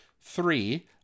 Three